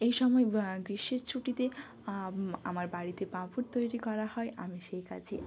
এই সময় গ্রীষ্মের ছুটিতে আমার বাড়িতে পাঁপড় তৈরি করা হয় আমি সেই কাজে